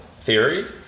Theory